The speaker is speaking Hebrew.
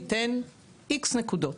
להייטק,